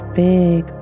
big